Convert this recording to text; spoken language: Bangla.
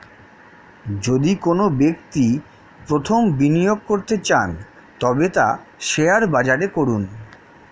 যদি কোনো ব্যক্তি প্রথম বিনিয়োগ করতে চান তবে তা শেয়ার বাজারে করুন